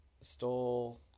stole